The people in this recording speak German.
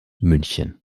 münchen